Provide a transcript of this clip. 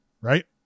right